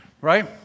Right